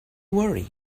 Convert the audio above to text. worry